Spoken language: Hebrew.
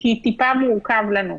כי טיפה מורכב לנו.